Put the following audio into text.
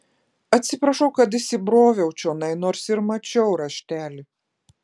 atsiprašau kad įsibroviau čionai nors ir mačiau raštelį